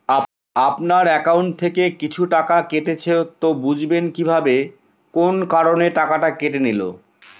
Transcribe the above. আপনার একাউন্ট থেকে কিছু টাকা কেটেছে তো বুঝবেন কিভাবে কোন কারণে টাকাটা কেটে নিল?